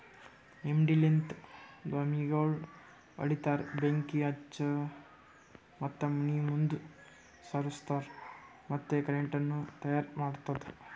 ಹೆಂಡಿಲಿಂತ್ ದ್ವಾಮಿಗೋಳ್ ಹೊಡಿತಾರ್, ಬೆಂಕಿ ಹಚ್ತಾರ್ ಮತ್ತ ಮನಿ ಮುಂದ್ ಸಾರುಸ್ತಾರ್ ಮತ್ತ ಕರೆಂಟನು ತೈಯಾರ್ ಮಾಡ್ತುದ್